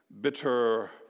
bitter